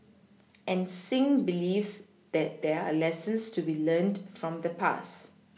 and Singh believes that there are lessons to be learnt from the past